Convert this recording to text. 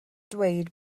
dweud